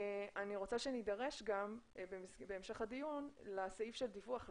אני רוצה שנידרש גם בהמשך הדיון לסעיף של דיווח לכנסת,